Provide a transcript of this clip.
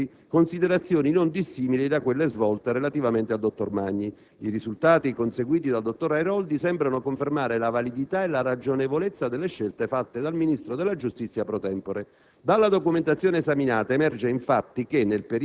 Quanto alla collaborazione dell'Airoldi, valgono nei suoi confronti considerazioni non dissimili da quelle svolte relativamente al dottor Magni. I risultati conseguiti dal dottor Airoldi sembrano confermare la validità e la ragionevolezza della scelta fatta dal Ministro della giustizia *pro tempore*.